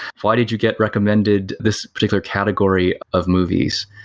why did you get recommended this particular category of movies?